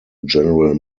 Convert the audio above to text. general